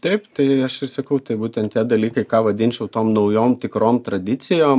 taip tai aš ir sakau tai būtent tie dalykai ką vadinčiau tom naujom tikrom tradicijom